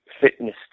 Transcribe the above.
fitness